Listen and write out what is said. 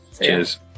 Cheers